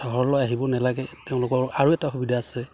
চহৰলৈ আহিব নালাগে তেওঁলোকৰ আৰু এটা সুবিধা আছে